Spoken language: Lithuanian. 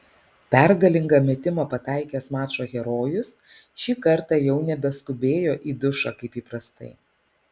pergalingą metimą pataikęs mačo herojus šį kartą jau nebeskubėjo į dušą kaip įprastai